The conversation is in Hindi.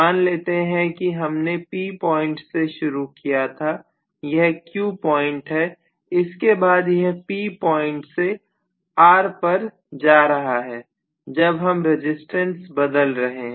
मान लेते हैं कि हमने P पॉइंट से शुरू किया था यह Q पॉइंट है इसके बाद यह P प्वाइंट् से R पर जा रहा है जब हम रजिस्टेंस बदल रहे हैं